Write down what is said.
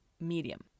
medium